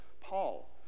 Paul